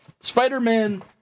Spider-Man